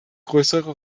größere